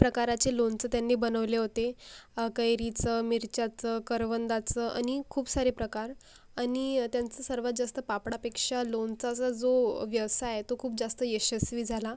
प्रकाराचे लोणचं त्यांनी बनवले होते कैरीचं मिरच्याचं करवंदाचं आणि खूप सारे प्रकार आणि त्यांचं सर्वात जास्त पापडापेक्षा लोणच्याचा जो व्यवसाय तो खूप जास्त यशस्वी झाला